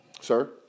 Sir